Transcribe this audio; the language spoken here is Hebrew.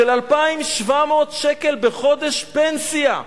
של 2,700 שקל בחודש פנסיה.